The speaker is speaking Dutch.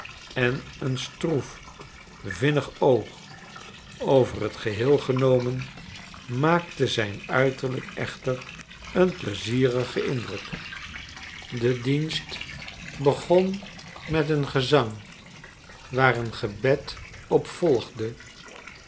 en een stroef vinnig oog over t geheel genomen maakte zijn uiterlijk echter een pleizierigen indruk de dienst begon met een gezang waar een gcbed op volgde